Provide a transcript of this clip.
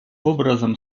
образом